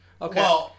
Okay